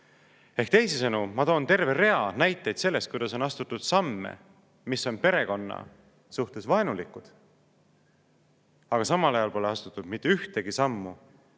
Ehk teisisõnu, ma tõin terve rea näiteid sellest, kuidas on astutud samme, mis on perekonna suhtes vaenulikud. Aga samal ajal ei ole astutud ühtegi sammu